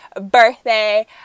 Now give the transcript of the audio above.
Birthday